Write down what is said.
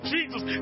Jesus